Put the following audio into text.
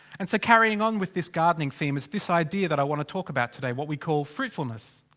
and so carrying on with this gardening theme is this idea that i wanna talk about today. what we call fruitfulness.